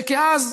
שכאז,